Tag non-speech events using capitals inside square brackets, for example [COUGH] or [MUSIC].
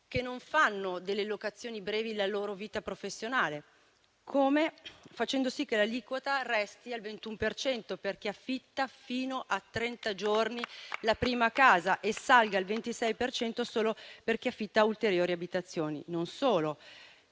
che non fanno delle locazioni brevi la loro vita professionale. Come? Facendo sì che l'aliquota resti al 21 per cento per chi affitta fino a trenta giorni la prima casa [APPLAUSE] e salga al 26 per cento solo per chi affitta ulteriori abitazioni. Non solo: